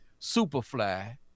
Superfly